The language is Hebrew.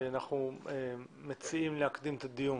אנחנו מציעים להקדים את הדיון.